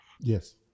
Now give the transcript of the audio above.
Yes